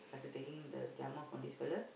started taking the from this fella